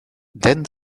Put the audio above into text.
then